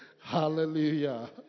Hallelujah